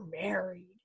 married